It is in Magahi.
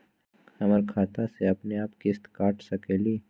हमर खाता से अपनेआप किस्त काट सकेली?